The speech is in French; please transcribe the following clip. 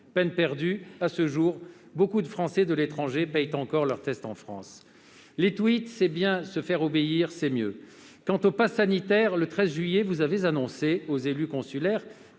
Peine perdue : à ce jour, beaucoup de Français de l'étranger payent encore leur test en France. Les tweets, c'est bien, se faire obéir, c'est mieux ! Quant au passe sanitaire, vous avez annoncé le 13 juillet aux élus consulaires